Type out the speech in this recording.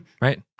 Right